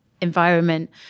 environment